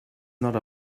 not